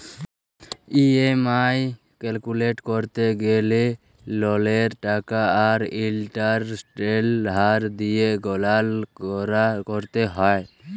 EMI calculate ক্যরতে গ্যালে ললের টাকা আর ইলটারেস্টের হার দিঁয়ে গললা ক্যরতে হ্যয়